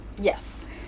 Yes